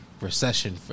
recession